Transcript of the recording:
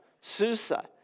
Susa